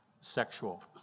sexual